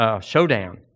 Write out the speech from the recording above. showdown